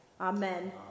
Amen